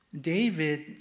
David